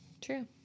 True